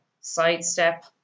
sidestep